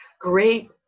great